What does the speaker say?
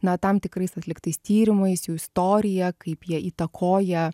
na tam tikrais atliktais tyrimais jų istorija kaip jie įtakoja